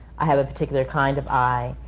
i have a particular kind of eye,